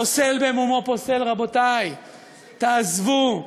הפוסל, במומו פוסל, רבותי, תעזבו.